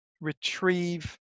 retrieve